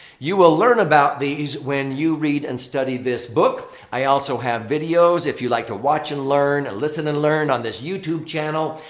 you will learn about these when you read and study this book. i also have videos if you like to watch and learn, and listen and learn on this youtube channel.